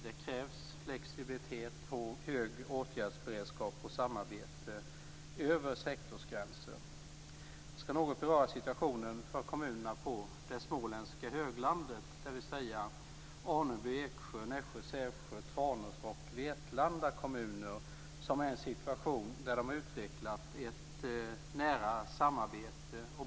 Det krävs flexibilitet, hög åtgärdsberedskap och samarbete över sektorsgränser. Jag skall något beröra situationen för kommunerna på det småländska höglandet, dvs. Aneby, Eksjö, Nässjö, Sävsjö, Tranås och Vetlanda kommuner. De befinner sig i en situation där de har utvecklat ett nära samarbete.